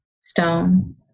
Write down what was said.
Stone